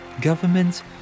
governments